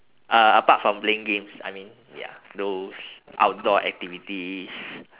uh apart from playing games I mean ya those outdoor activities